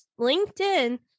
LinkedIn